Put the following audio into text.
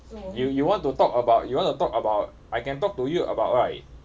you you want to talk about you want to talk about I can talk to you about right